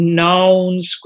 nouns